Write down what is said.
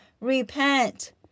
repent